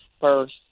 first